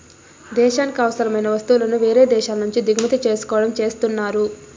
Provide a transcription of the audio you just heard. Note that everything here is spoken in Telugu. దేశానికి అవసరమైన వస్తువులను వేరే దేశాల నుంచి దిగుమతి చేసుకోవడం చేస్తున్నారు